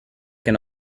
can